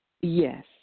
Yes